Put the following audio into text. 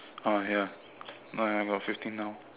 ah ya my I got fifteen now